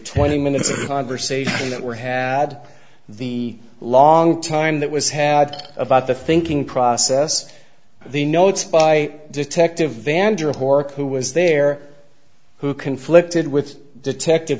twenty minutes of conversation that were had the long time that was had about the thinking process the notes by detective vander whore who was there who conflicted with detective